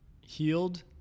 healed